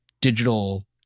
digital